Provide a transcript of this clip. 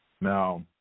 Now